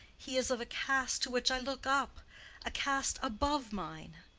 he is of a caste to which i look up a caste above mine.